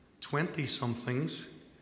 Twenty-somethings